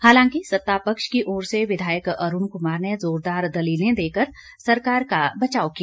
हालांकि सत्तापक्ष की ओर से विघायक अरूण कुमार ने जोरदार दलीलें देकर सरकार का बचाव किया